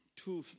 two